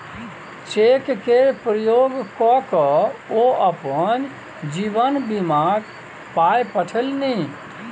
cheque केर उपयोग क कए ओ अपन जीवन बीमाक पाय पठेलनि